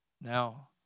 now